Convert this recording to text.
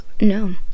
no